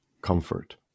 comfort